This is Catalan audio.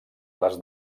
les